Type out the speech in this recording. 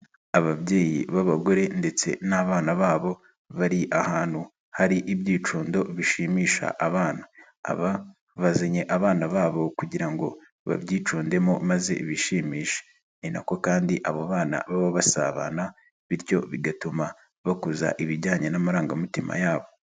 Ababyeyi b'abagore ndetse n'abana babo bari ahantu hari ibyicundo bishimisha abana, aba bazanye abana babo kugira ngo babyicundemo maze bishimishe, ni na ko kandi abo bana baba basabana bityo bigatuma bakuza ibijyanye n'amarangamutima yabo.